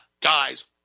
guys